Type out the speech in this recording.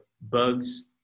bugs